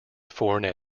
foreign